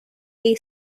way